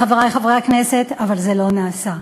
חברי חברי הכנסת, אבל זה לא נעשה.